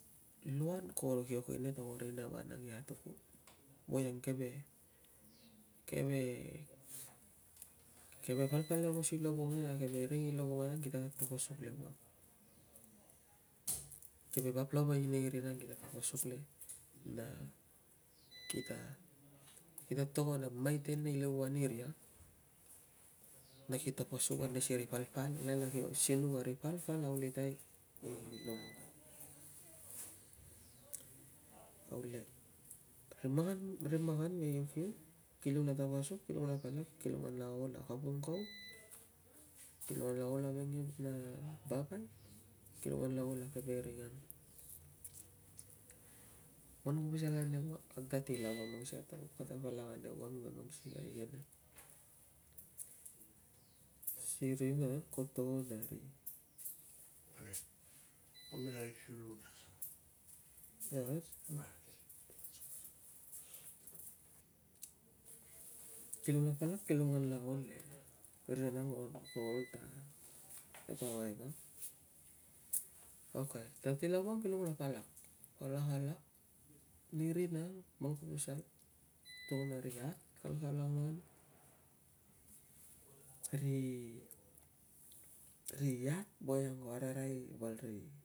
Luan kol kio nginia vanangta ko rina ia tukul. weang keve keve keve pal palpal aungos i lovongai. keve ring aungos i lovongai, kita tatapasuk lewang keve vap lava inai rina ang kita tatapasuk le. na kita kita to ngon a maten naliuan iria, na ki, apasuk ansi kari palpal le na kio simung nari palpala auliutai ru lovongai. Aule, ri makan, ri makan ve ri kiukiu, kirung la tapa suk kirung la ole kapung kaut kirung la ol aveleng na bakan kirung la ola keve ring ang. Mang ku pasal a keve ring ang. ag tat, lava posiken a taun. kata palak are ulang na mang sikei a inge ren sirina ang ko to angon nari kirung la palak kirung la ol e ring ang tati lava kirung la palak, palak, palak, rei rina ang, man ku pasal ko to ngon nari iat, kari ta laman, ri ri. iat weang ko asurai valri